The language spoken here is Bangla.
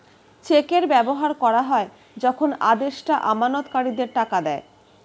চেকের ব্যবহার করা হয় যখন আদেষ্টা আমানতকারীদের টাকা দেয়